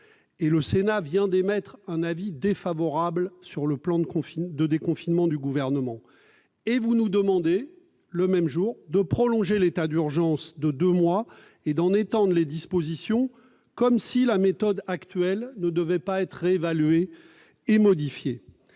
le Sénat vient d'émettre un avis défavorable sur le plan de déconfinement du Gouvernement. Le même jour, monsieur le ministre, vous nous demandez de prolonger l'état d'urgence de deux mois et d'en étendre les dispositions, comme si la méthode actuelle ne devait pas être réévaluée et modifiée.